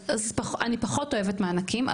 אז אני פחות אוהבת מענקים,